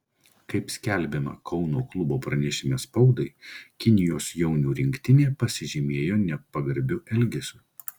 kaip skelbiama kauno klubo pranešime spaudai kinijos jaunių rinktinė pasižymėjo nepagarbiu elgesiu